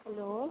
hello